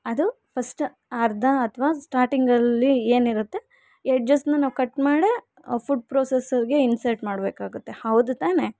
ಅದು ಫಸ್ಟ್ ಅರ್ಧ ಅಥ್ವಾ ಸ್ಟಾಟಿಂಗಲ್ಲಿ ಏನಿರತ್ತೆ ಎಡ್ಜಸ್ನ ನಾವು ಕಟ್ ಮಾಡೇ ಫುಡ್ ಪ್ರೊಸೆಸರ್ಗೆ ಇನ್ಸರ್ಟ್ ಮಾಡಬೇಕಾಗುತ್ತೆ ಹೌದು ತಾನೆ